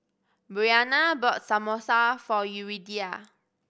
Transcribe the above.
Briana bought Samosa for Yuridia